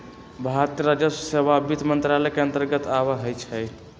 भारतीय राजस्व सेवा वित्त मंत्रालय के अंतर्गत आबइ छै